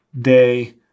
day